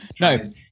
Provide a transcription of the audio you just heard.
no